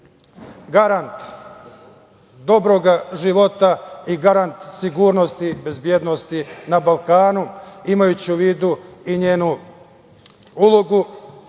garant dobrog života i garant sigurnosti, bezbednosti na Balkanu. Imajući u vidu i njenu ulogu,